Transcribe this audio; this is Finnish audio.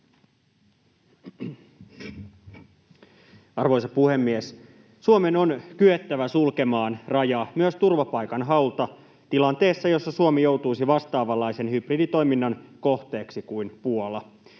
Arvoisa puhemies! Suomen on kyettävä sulkemaan raja myös turvapaikanhaulta tilanteessa, jossa Suomi joutuisi vastaavanlaisen hybriditoiminnan kohteeksi kuin Puola.